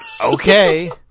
Okay